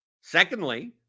secondly